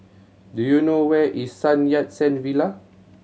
do you know where is Sun Yat Sen Villa